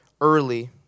early